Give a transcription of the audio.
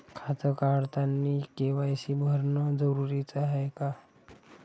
खातं काढतानी के.वाय.सी भरनं जरुरीच हाय का?